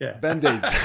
Band-Aids